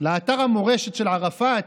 לאתר המורשת של ערפאת,